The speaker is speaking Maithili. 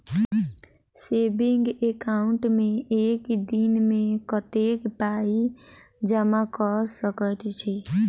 सेविंग एकाउन्ट मे एक दिनमे कतेक पाई जमा कऽ सकैत छी?